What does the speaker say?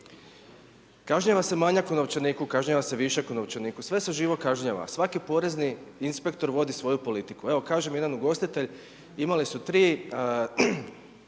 Kažnjava se manjak u novčaniku, kažnjava se višak u novčaniku. Sve se živo kažnjava. Svaki porezni inspektor vodi svoju politiku. Evo, kaže mi jedan ugostitelj, imali su 3